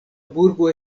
burgo